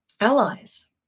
allies